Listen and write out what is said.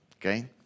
okay